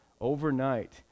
overnight